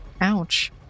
Ouch